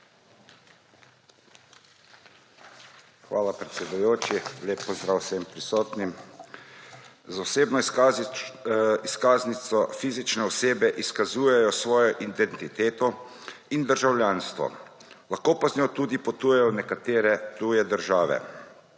Hvala, predsedujoči. Lep pozdrav vsem prisotnim. Z osebno izkaznico fizične osebe izkazujejo svojo identiteto in državljanstvo lahko pa z njo tudi potujejo v nekatere tuje države.